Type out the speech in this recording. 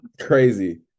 crazy